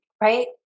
right